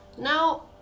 Now